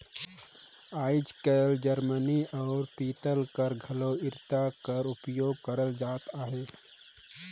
आएज काएल जरमनी अउ पीतल कर घलो इरता कर उपियोग करल जात अहे